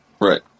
Right